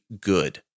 good